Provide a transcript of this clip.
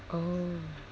oh